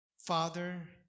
Father